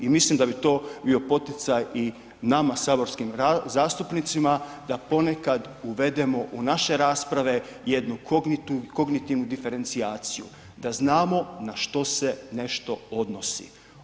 I mislim da bi to bio poticaj nama saborskim zastupnicima da ponekad uvedemo u naše rasprave jednu kongitivnu diferencijaciju, da znamo na što se nešto odnosi.